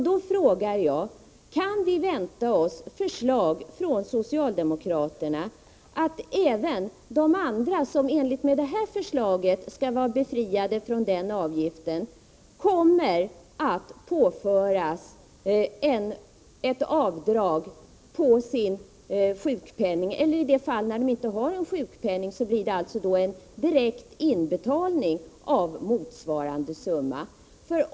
Då frågar jag: Kan vi vänta oss förslag från socialdemokraterna om att även de som enligt detta förslag skall vara befriade från avgift kommer att påföras ett avdrag på sin sjukpenning eller, om de inte har sjukpenning, en direkt inbetalning av motsvarande summa?